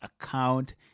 account